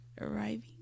arriving